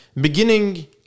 Beginning